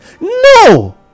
no